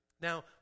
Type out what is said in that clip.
Now